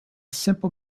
simple